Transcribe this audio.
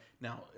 Now—